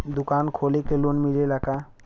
दुकान खोले के लोन मिलेला का?